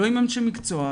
לא עם אנשי מקצוע,